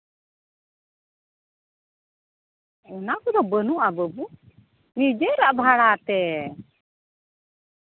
ᱚᱱᱟ ᱠᱚᱫᱚ ᱵᱟᱹᱱᱩᱜᱼᱟ ᱵᱟᱹᱵᱩ ᱱᱤᱡᱮᱨᱟᱜ ᱵᱷᱟᱲᱟ ᱛᱮ